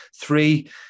three